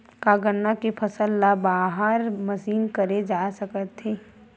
का गन्ना के फसल ल बारह महीन करे जा सकथे?